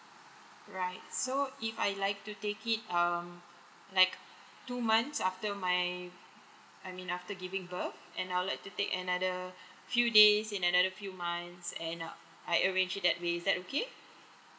right so if I like to take it um like two months after my I mean after giving birth and I'll like to take another few days in another few months and uh I arrange it that way is that okay